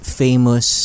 famous